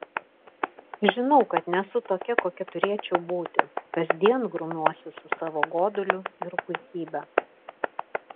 žinau kad nesu tokia kokia turėčiau būti kasdien grumiuosi su savo goduliu ir puikybe